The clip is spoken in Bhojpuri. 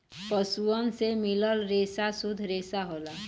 पसुअन से मिलल रेसा सुद्ध रेसा होला